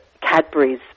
Cadbury's